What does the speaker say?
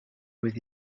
with